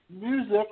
music